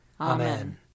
Amen